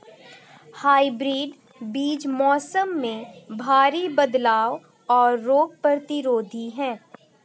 hybrid बीज मौसम में भारी बदलाव और रोग प्रतिरोधी हैं